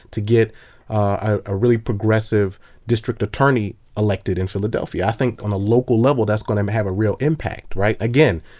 to get a really progressive district attorney elected in philadelphia. i think on a local level that's going and to have a real impact, right? again,